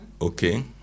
Okay